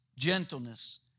gentleness